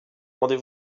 rendez